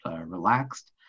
relaxed